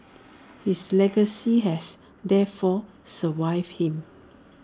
his legacy has therefore survived him